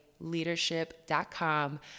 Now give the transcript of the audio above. leadership.com